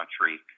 country